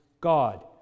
God